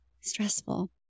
Stressful